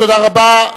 תודה רבה.